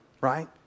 right